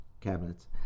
cabinets